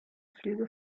flüge